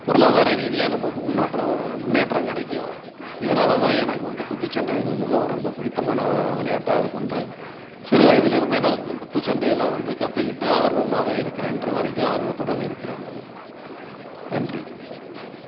பொருளாதார ரீதியாக நமக்கு முன்னற்றம் முன்னேற்றம் கிடைக்கும் இதனால் தான் எனக்கு வந்து குத்துச்சண்டை மி மிகவும் ரொம்பப் பிடித்தமான விளையாட்டா இது பண்ணுறேன் சிறு வயதில் இருந்தே நான் கு குத்துச்சண்டையெல்லாம் வந்து கற்றுக்கிட்டு ஆர்வமாகவே இருக்கிறேன் இன்று வரைக்கும் ஆர்வத்துடன் இருக்கிறேன் நான் நன்றி